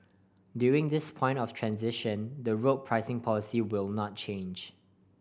during this point of transition the road pricing policy will not change